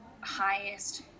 highest